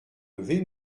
levé